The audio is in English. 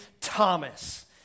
Thomas